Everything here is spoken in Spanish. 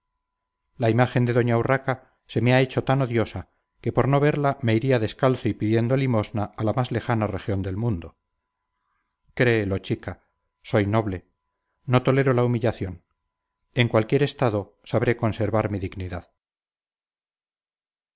la imagen de doña urraca se me ha hecho tan odiosa que por no verla me iría descalzo y pidiendo limosna a la más lejana región del mundo créelo chica soy noble no tolero la humillación en cualquier estado sabré conservar mi dignidad